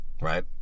right